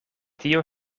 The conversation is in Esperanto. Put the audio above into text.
tio